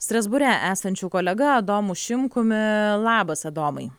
strasbūre esančiu kolega adomu šimkumi labas adomai